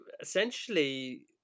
essentially